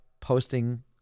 posting